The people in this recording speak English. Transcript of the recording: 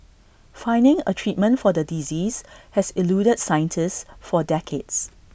finding A treatment for the disease has eluded scientists for decades